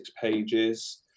pages